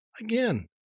Again